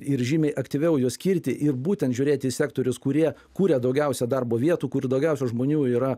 ir žymiai aktyviau juos skirti ir būtent žiūrėti į sektorius kurie kuria daugiausia darbo vietų kur daugiausia žmonių yra